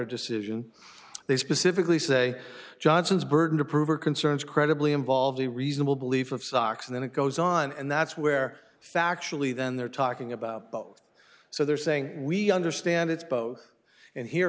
decision they specifically say johnson's burden to prove or concerns credibly involved a reasonable belief of socks and then it goes on and that's where factually then they're talking about so they're saying we understand it's both and here